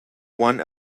one